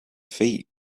feet